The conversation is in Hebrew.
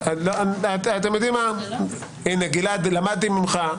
אתם יודעים מה, הנה גלעד, למדתי ממך.